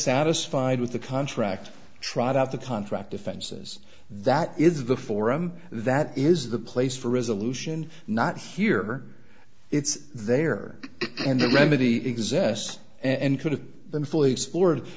satisfied with the contract trot out the contract offenses that is the forum that is the place for resolution not here it's there and the remedy exists and could have been fully